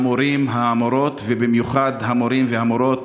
המורים, המורות, ובמיוחד המורים והמורות